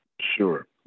Sure